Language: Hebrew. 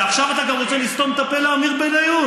ועכשיו אתה רוצה לסתום את הפה גם לעמיר בניון,